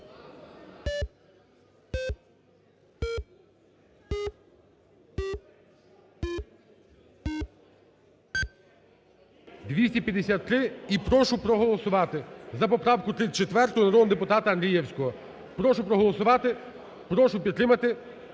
за. І прошу проголосувати за поправку 34 народного депутата Андрієвського, прошу проголосувати, прошу підтримати,